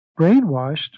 brainwashed